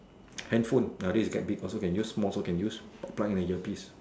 handphone ah this get big also can use small also can use plug in the earpiece